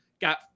got